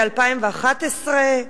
2011,